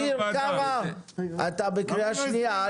אביר קארה, אתה בקריאה שנייה.